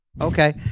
okay